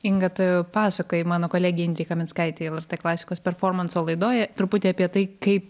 inga tu pasakojai mano kolegei indrei kaminskaitei lrt klasikos performanso laidoj truputį apie tai kaip